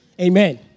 Amen